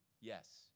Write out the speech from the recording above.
Yes